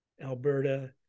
Alberta